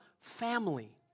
family